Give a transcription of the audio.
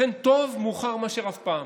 לכן טוב מאוחר מאשר אף פעם.